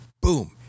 Boom